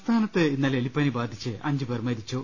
സംസ്ഥാനത്ത് ഇന്നലെ എലിപ്പനി ബാധിച്ച് അഞ്ചുപേർ മരിച്ചു